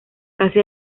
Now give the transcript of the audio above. casi